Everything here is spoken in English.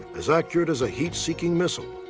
as accurate as a heat seeking missile.